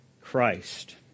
Christ